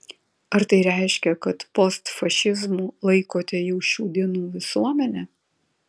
ar tai reiškia kad postfašizmu laikote jau šių dienų visuomenę